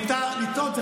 מותר לטעות.